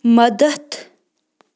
مدتھ